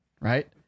right